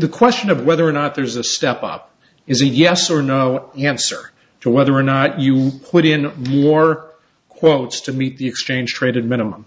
the question of whether or not there's a step up is a yes or no answer to whether or not you put in more quotes to meet the exchange traded minimum